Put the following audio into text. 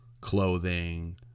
clothing